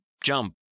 jump